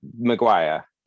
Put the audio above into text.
Maguire